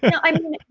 i mean,